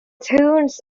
tunes